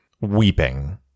weeping